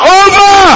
over